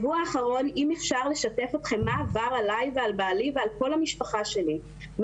אם אוכל לשתף אותכם מה עבר עלי ועל בעלי והמשפחה שלי בשבוע האחרון,